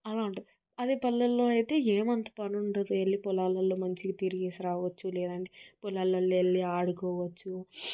ఆ అంటే అదే పల్లెల్లో అయితే ఏమంత పని ఉండదు ఎలి పొలాలలో మంచిగా తిరిగేసి రావచ్చు లేదంటే పొలాలలో వెళ్ళి ఆడుకోవచ్చు